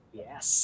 yes